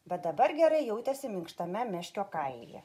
bet dabar gerai jautėsi minkštame meškio kailyje